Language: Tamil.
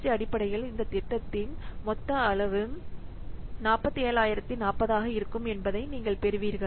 சி அடிப்படையில் இந்த திட்டத்தின் மொத்த அளவு 47040 ஆக இருக்கும் என்பதை நீங்கள் பெறுவீர்கள்